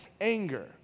anger